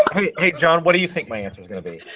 hey, jon, what do you think my answer's gonna be?